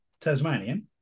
Tasmanian